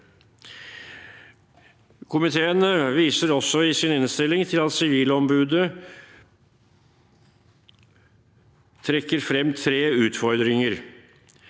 Komiteen viser også i sin innstilling til at Sivilombudet trekker frem tre utfordringer.